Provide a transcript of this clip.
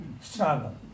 struggle